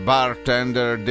Bartender